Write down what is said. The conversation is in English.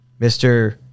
Mr